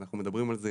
אנחנו מדברים על זה,